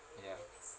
ya